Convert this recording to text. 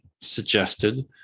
suggested